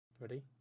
Ready